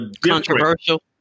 controversial